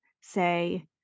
say